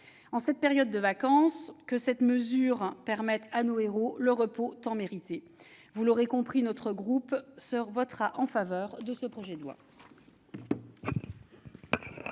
En cette période de vacances, que cette mesure permette à nos héros le repos tant mérité. Vous l'aurez compris, notre groupe votera en faveur de cette proposition de loi.